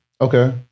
Okay